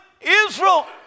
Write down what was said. Israel